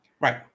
Right